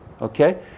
okay